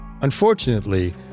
Unfortunately